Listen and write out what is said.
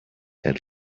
had